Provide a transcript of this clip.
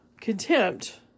contempt